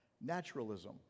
Naturalism